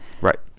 Right